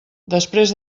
després